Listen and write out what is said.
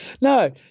No